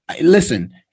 listen